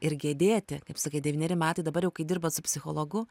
ir gedėti kaip sakai devyneri metai dabar jau kai dirbat su psichologu